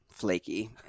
flaky